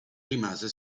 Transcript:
rimase